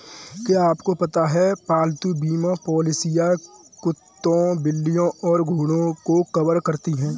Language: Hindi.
क्या आपको पता है पालतू बीमा पॉलिसियां कुत्तों, बिल्लियों और घोड़ों को कवर करती हैं?